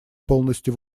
полностью